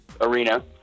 arena